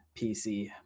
pc